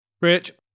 Rich